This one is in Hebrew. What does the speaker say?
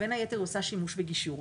בין היתר, היא עושה שימוש בגישור.